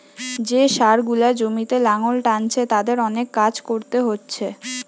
যে ষাঁড় গুলা জমিতে লাঙ্গল টানছে তাদের অনেক কাজ কোরতে হচ্ছে